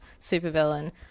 supervillain